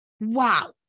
Wow